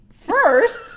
First